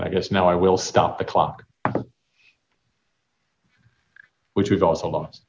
i guess now i will stop the clock which we've also lost